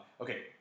Okay